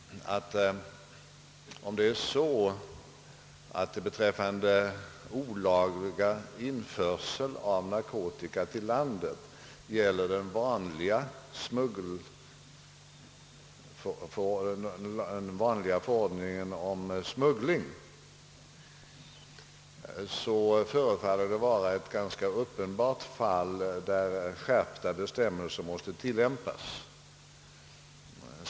Om den vanliga förordningen om smuggling gäller beträffande olaglig införsel av narkotika till landet, så förefaller det vara ganska uppenbart att skärpta bestämmelser här måste tillämpas.